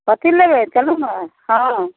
कथी लेबै चलू ने हँ